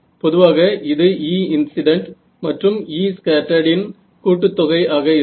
பொதுவாக இது E incident மற்றும் E ஸ்கேட்டர்ட் இன் கூட்டுத்தொகை ஆக இருக்கும்